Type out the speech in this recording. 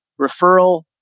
referral